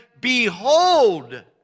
behold